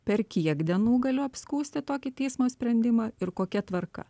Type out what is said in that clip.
per kiek dienų galiu apskųsti tokį teismo sprendimą ir kokia tvarka